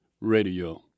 radio